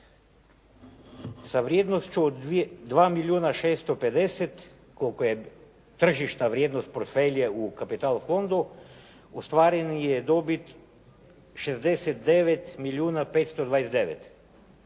sa vrijednošću 2 milijuna 650 koliko je tržišta vrijednost portfelje u kapital fondu ostvaren je dobit 69 milijuna 529.